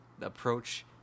approach